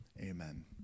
Amen